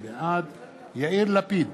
בעד יאיר לפיד,